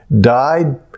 died